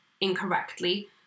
incorrectly